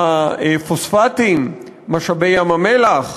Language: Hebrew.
הפוספטים, משאבי ים-המלח,